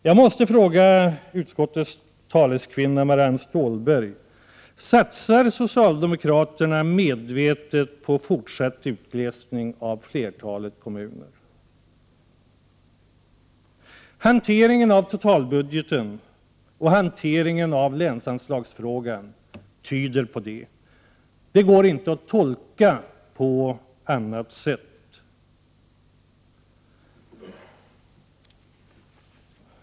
Jag måste fråga utskottsmajoritetens företrädare Marianne Stålberg: Satsar socialdemokraterna medvetet på fortsatt utglesning av flertalet kommuner? Hanteringen av totalbudgeten och hanteringen av länsanslagsfrågan tyder på det. Det går inte att tolka det på annat sätt.